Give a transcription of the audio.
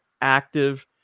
active